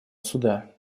суда